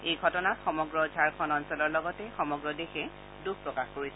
এই ঘটনাত সমগ্ৰ ঝাৰখণ্ড অঞ্চলৰ লগতে সমগ্ৰ দেশে দুখ প্ৰকাশ কৰিছে